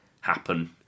happen